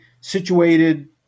situated